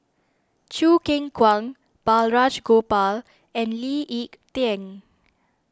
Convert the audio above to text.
Choo Keng Kwang Balraj Gopal and Lee Ek Tieng